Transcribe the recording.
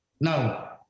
Now